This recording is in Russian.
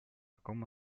каком